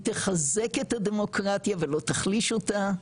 היא תחזק את הדמוקרטיה ולא תחליש אותה,